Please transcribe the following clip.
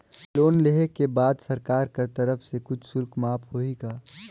Loan लेहे के बाद सरकार कर तरफ से कुछ शुल्क माफ होही का?